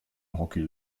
hockey